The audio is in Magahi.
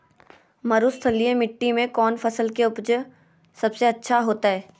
मरुस्थलीय मिट्टी मैं कौन फसल के उपज सबसे अच्छा होतय?